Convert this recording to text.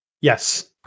Yes